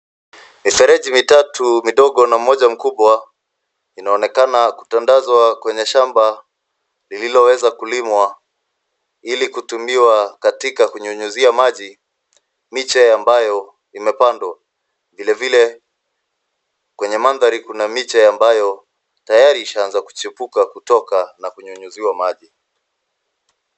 Mifereji mitatu midogo na mmoja mkubwa inaonekana kutandazwa kwenye shamba lililoweza kulimwa ili kutumiwa katika kunyunyizia maji miche ambayo imepandwa. Vilevile, kwenye mandhari kuna miche ambayo tayari ishaanza kuchipuka, kutoka na kunyunyiziwa maji.